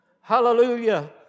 Hallelujah